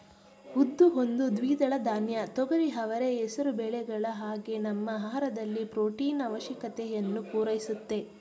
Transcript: ಉದ್ದು ಒಂದು ದ್ವಿದಳ ಧಾನ್ಯ ತೊಗರಿ ಅವರೆ ಹೆಸರು ಬೇಳೆಗಳ ಹಾಗೆ ನಮ್ಮ ಆಹಾರದಲ್ಲಿ ಪ್ರೊಟೀನು ಆವಶ್ಯಕತೆಯನ್ನು ಪೂರೈಸುತ್ತೆ